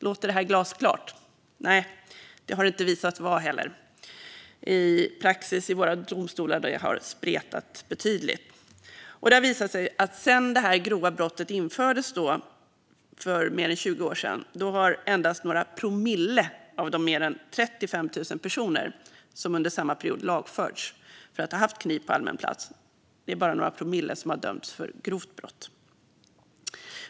Låter detta glasklart? Nej, det har det inte visat sig vara heller. Praxis i våra domstolar har spretat betydligt. Och det har visat sig att sedan det grova brottet infördes för mer än 20 år sedan har endast några promille av de mer än 35 000 personer som under samma period lagförts för att ha haft kniv på allmän plats dömts för grovt brott.